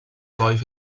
life